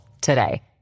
today